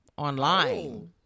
Online